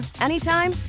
anytime